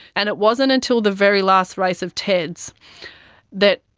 and it wasn't until the very last race of ted's that